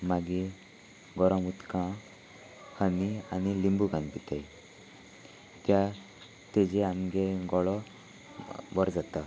मागीर गरम उदकांत हनी आनी लिंबू घालून पिताय त्या तेजे आमगे गळो बरो जाता